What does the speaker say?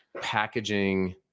packaging